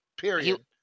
period